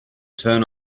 turn